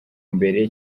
imbere